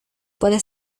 puede